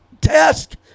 test